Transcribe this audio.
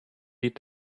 lied